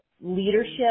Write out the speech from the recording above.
leadership